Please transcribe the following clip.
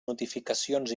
notificacions